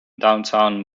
downtown